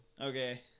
Okay